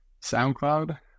soundcloud